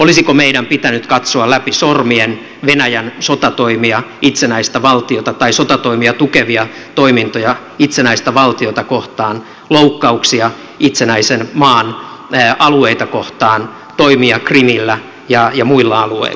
olisiko meidän pitänyt katsoa läpi sormien venäjän sotatoimia tai sotatoimia tukevia toimintoja itsenäistä valtiota kohtaan loukkauksia itsenäisen maan alueita kohtaan toimia krimillä ja muilla alueilla